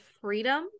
freedom